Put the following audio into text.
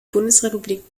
bundesrepublik